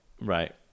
right